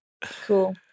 cool